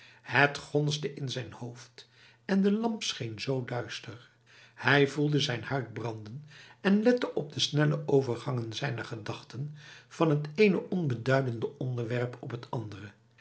het gonsde in zijn hoofd en de lamp scheen zo duister hij voelde zijn huid branden en lette op de snelle overgangen zijner gedachten van het ene onbeduidende onderwerp op het andere